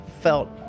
felt